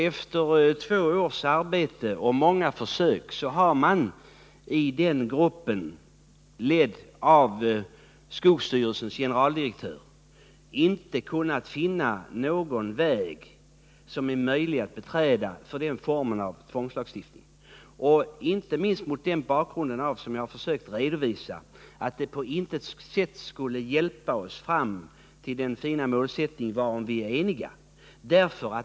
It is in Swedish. Efter två års arbete och många försök har den gruppen, ledd av skogsstyrelsens generaldirektör, inte kunnat finna någon väg som är möjlig att beträda för att åstadkomma den formen av tvångslagstiftning, inte minst mot bakgrund av att det på intet sätt skulle hjälpa oss fram till den fina målsättning varom vi är eniga.